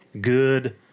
good